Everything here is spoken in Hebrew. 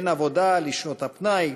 בין עבודה לשעות פנאי,